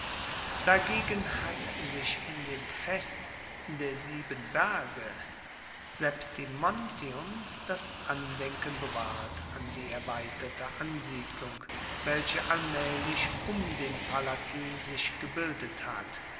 dagegen hat sich in dem fest der sieben berge septimontium das andenken bewahrt an die erweiterte ansiedlung welche allmaehlich um den palatin sich gebildet hat